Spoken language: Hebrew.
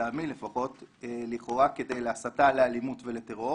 לטעמי לפחות לכאורה כדי הסתה לאלימות ולטרור